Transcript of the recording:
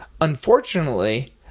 Unfortunately